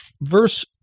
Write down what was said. Verse